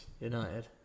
United